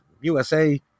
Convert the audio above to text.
USA